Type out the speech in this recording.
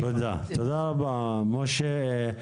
תודה רבה, משה.